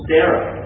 Sarah